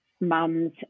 mums